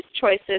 choices